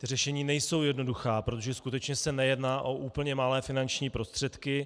Ta řešení nejsou jednoduchá, protože skutečně se nejedná o úplně malé finanční prostředky.